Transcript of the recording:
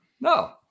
no